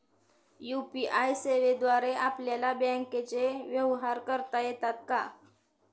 UPI सेवेद्वारे आपल्याला बँकचे व्यवहार करता येतात का?